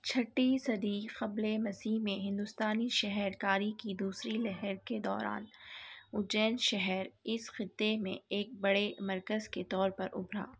چھٹی صدی قبل مسیح میں ہندوستانی شہر کاری کی دوسری لہر کے دوران اجین شہر اس خطے میں ایک بڑے مرکز کے طور پر ابھرا